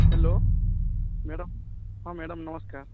hello madam ହଁ madam ନମସ୍କାର୍